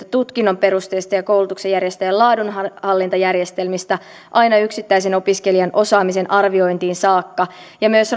tutkinnon perusteista ja koulutuksen järjestäjän laadunhallintajärjestelmistä aina yksittäisen opiskelijan osaamisen arviointiin saakka ja myös